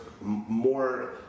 more